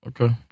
Okay